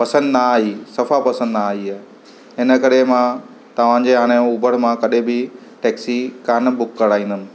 पसंदि न आई सफ़ा पसंदि न आई आहे इनकरे मां तव्हांजे हाणे उबर मां कॾहिं बि टैक्सी कान बुक कराईंदुमि